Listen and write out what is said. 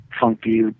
funky